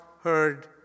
heard